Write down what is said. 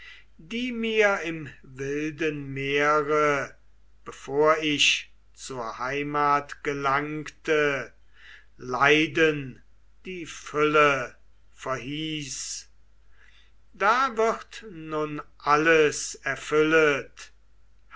die mir im wilden meere bevor ich zur heimat gelangte leiden die fülle verhieß das wird nun alles erfüllet